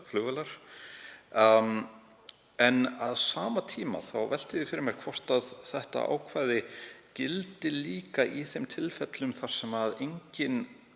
Á sama tíma velti ég fyrir mér hvort þetta ákvæði gildi líka í þeim tilfellum þar sem enginn